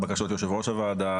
בקשות יושב-ראש הוועדה,